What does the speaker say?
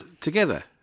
together